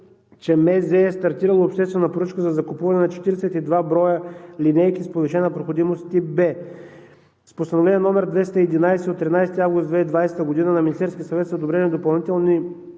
е стартирало обществена поръчка за закупуване на 42 броя линейки с повишена проходимост – тип В. С Постановление № 211 от 13 август 2020 г. на Министерския съвет са одобрени допълнителни